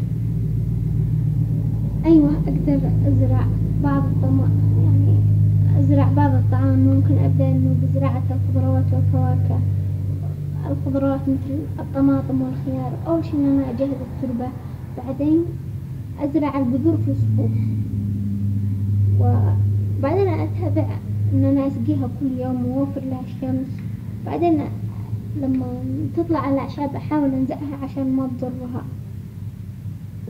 ايوه اقدر ازرع بعض الط- يعني ازرع بعض الطعام، ممكن ابدا انه بزراعة الخضروات والفواكه، الخضروات مثل الطماطم والخيار، اول شيء ان انا اجهز التربة، بعدين ازرع البذور في صفوف ،وبعدين اتابع ان انا اسقيها كل يوم واوفر لها الشمس، بعدين لما تطلع الاعشاب احاول الزقها عشان ما تضرها.